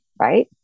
right